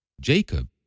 Jacob